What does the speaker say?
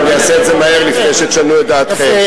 ואני אעשה את זה מהר לפני שתשנו את דעתכם.